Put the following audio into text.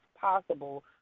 possible